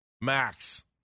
max